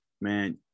Man